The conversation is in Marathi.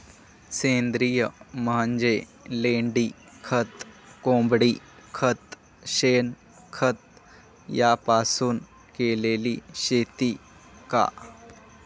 सेंद्रिय म्हणजे लेंडीखत, कोंबडीखत, शेणखत यापासून केलेली शेती का?